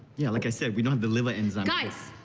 yeah, like i said, we don't have the liver enzymes. guys!